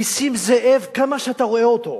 נסים זאב, כמו שאתה רואה אותו,